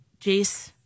Jace